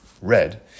red